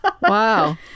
Wow